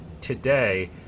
today